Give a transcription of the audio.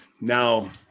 Now